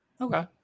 Okay